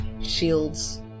shields